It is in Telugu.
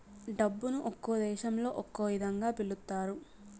డబ్బును ఒక్కో దేశంలో ఒక్కో ఇదంగా పిలుత్తారు